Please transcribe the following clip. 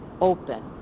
open